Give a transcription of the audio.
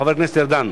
חבר הכנסת ארדן.